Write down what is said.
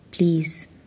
Please